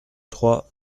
trois